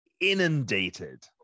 inundated